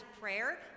prayer